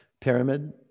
pyramid